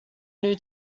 new